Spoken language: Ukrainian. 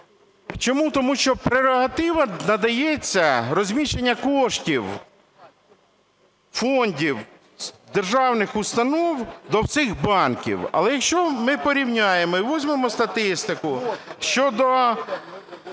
Чому, тому що прерогатива надається розміщенню коштів фондів державних установ до всіх банків. Але якщо ми порівняємо і візьмемо статистику щодо